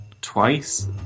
Twice